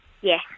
Yes